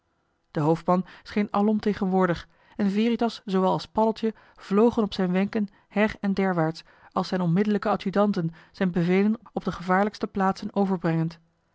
de hoofdman scheen alom tegenwoordig en veritas zoowel als paddeltje vlogen op zijn wenken her en derwaarts als zijn onmiddellijke adjudanten zijn bevelen op de gevaarlijkste plaatsen overbrengend